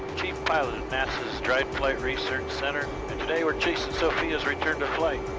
chief pilot at nasa's dryden flight research center, and today we're chasing sofia's return to flight.